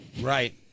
Right